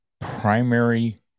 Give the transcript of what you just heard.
primary